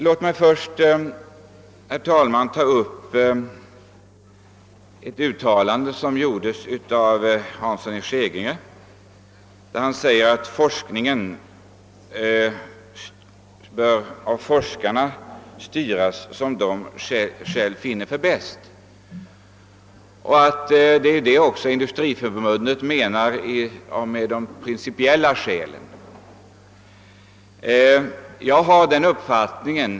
Låt mig först, herr talman, kommentera ett uttalande av herr Hansson i Skegrie: Forskarna själva bör styra forskningen som de finner bäst. Det är också detta Industriförbundet syftar på när det hänvisar till principiella skäl.